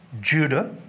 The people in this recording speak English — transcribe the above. Judah